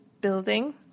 building